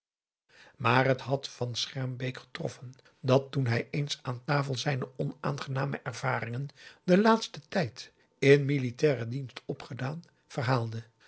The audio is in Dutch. maar het had van schermbeek getroffen dat toen hij eens aan tafel zijne onaangename ervaringen den laatsten tijd in militairen dienst opgedaan verhaalde